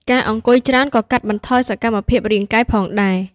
ការអង្គុយច្រើនក៏កាត់បន្ថយសកម្មភាពរាងកាយផងដែរ។